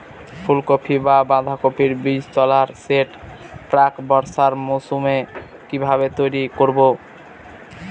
ফুলকপি বা বাঁধাকপির বীজতলার সেট প্রাক বর্ষার মৌসুমে কিভাবে তৈরি করব?